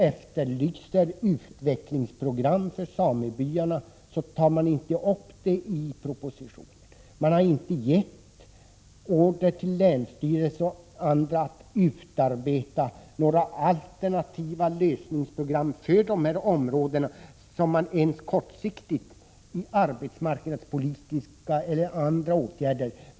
Samernas krav på utvecklingsprogram för samebyarna tar man inte upp i propositionen. Man har inte givit länsstyrelserna och andra organ order att för de aktuella områdena utarbeta program för alternativa lösningar, inte ens något som kortsiktigt kan leda till några verkliga arbetsmarknadspolitiska eller andra krafttag.